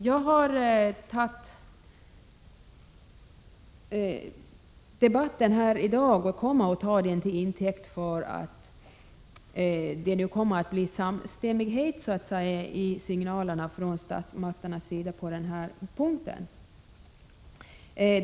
Jag tar debatten här i dag till intäkt för att det nu så att säga kommer att bli samstämmighet i signalerna från statsmakternas sida på den här punkten.